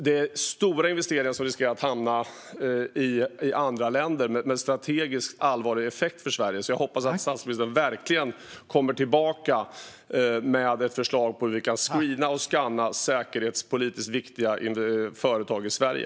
Det är stora investeringar som riskerar att hamna i andra länder, men de får en strategiskt allvarlig effekt för Sverige. Jag hoppas verkligen att statsministern kommer tillbaka med ett förslag på hur vi kan screena och skanna säkerhetspolitiskt viktiga företag i Sverige.